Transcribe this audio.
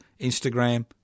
Instagram